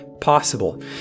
possible